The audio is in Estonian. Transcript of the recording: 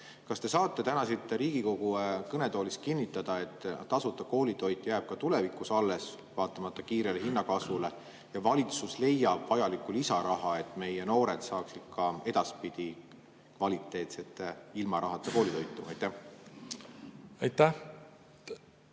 Kas te saate täna siit Riigikogu kõnetoolist kinnitada, et tasuta koolitoit jääb ka tulevikus alles, vaatamata kiirele hinnakasvule, ja valitsus leiab vajaliku lisaraha, et meie noored saaksid ka edaspidi kvaliteetset ilma rahata koolitoitu? Austatud